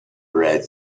red